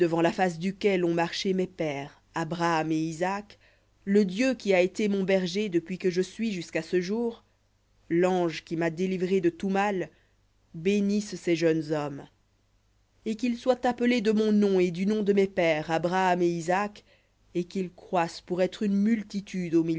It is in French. la face duquel ont marché mes pères abraham et isaac le dieu qui a été mon berger depuis que je suis jusqu'à ce jour lange qui m'a délivré de tout mal bénisse ces jeunes hommes et qu'ils soient appelés de mon nom et du nom de mes pères abraham et isaac et qu'ils croissent pour être une multitude au